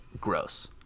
Gross